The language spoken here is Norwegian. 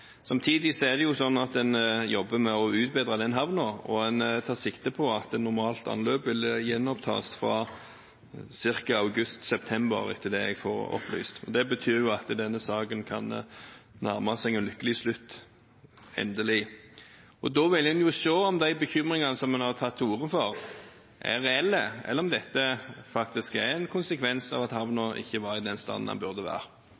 Samtidig er det sånn at en jobber med å utbedre den havnen, og en tar sikte på at et normalt anløp vil gjenopptas, etter det jeg får opplyst, fra ca. august–september. Det betyr at denne saken kan nærme seg en lykkelig slutt – endelig. Da vil en se om de bekymringene som en har gitt uttrykk for, er reelle, eller om dette faktisk er en konsekvens av at havnen ikke var i den stand den burde